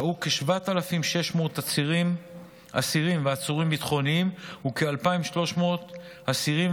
שהו כ-7,600 אסירים ועצורים ביטחוניים וכ-2,300 אסירים